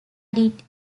did